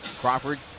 Crawford